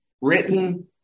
written